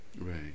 Right